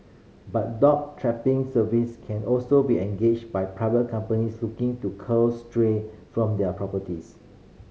but dog trapping service can also be engaged by private companies looking to cull stray from their properties